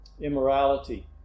immorality